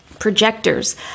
projectors